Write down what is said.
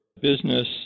business